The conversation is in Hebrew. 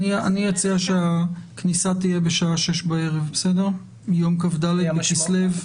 אני אציע שהכניסה תהיה בשעה 18:00 ביום כ"ד בכסלו.